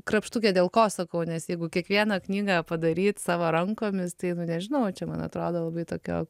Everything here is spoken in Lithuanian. krapštukė dėl ko sakau nes jeigu kiekvieną knygą padaryt savo rankomis tai nu nežinau čia man atrodo labai tokio